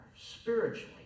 spiritually